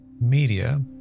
media